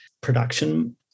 production